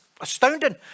astounding